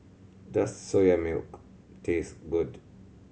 does Soya Milk taste good